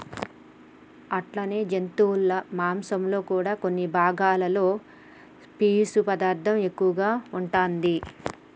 అట్లనే జంతువుల మాంసంలో కూడా కొన్ని భాగాలలో పీసు పదార్థం ఎక్కువగా ఉంటాది